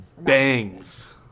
Bangs